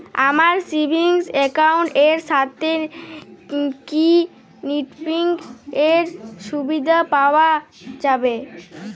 আমার savings account এর সাথে কি নেটব্যাঙ্কিং এর সুবিধা পাওয়া যাবে?